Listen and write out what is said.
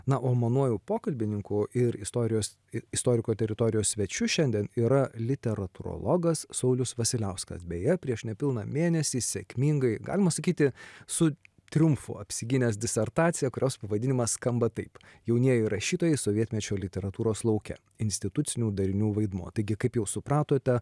na o manuoju pokalbininku ir istorijos ir istoriko teritorijos svečiu šiandien yra literatūrologas saulius vasiliauskas beje prieš nepilną mėnesį sėkmingai galima sakyti su triumfu apsigynęs disertaciją kurios pavadinimas skamba taip jaunieji rašytojai sovietmečio literatūros lauke institucinių darinių vaidmuo taigi kaip jau supratote